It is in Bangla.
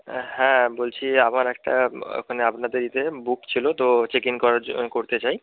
হ্যাঁ হ্যাঁ বলছি আমার একটা ওখানে আপনাদের ইয়েতে বুক ছিল তো চেক ইন করার জ করতে চাই